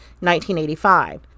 1985